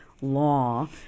law